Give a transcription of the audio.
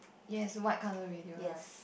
yes white colour radio right